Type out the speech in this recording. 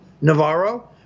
Navarro